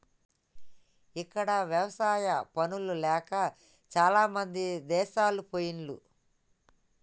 ఇక్కడ ఎవసాయా పనులు లేక చాలామంది దేశాలు పొయిన్లు